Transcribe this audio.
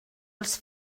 els